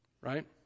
Right